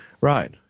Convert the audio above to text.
Right